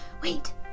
Wait